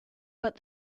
but